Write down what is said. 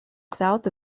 south